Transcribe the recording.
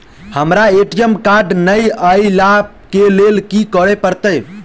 हमरा ATM card नै अई लई केँ लेल की करऽ पड़त?